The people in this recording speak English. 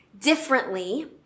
differently